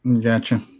Gotcha